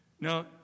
Now